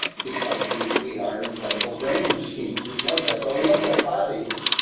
because we we are incredible brain machines, we know that but we also have bodies.